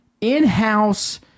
in-house